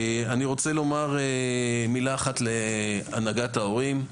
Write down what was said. אני רוצה לומר מילה אחת להנהגת ההורים,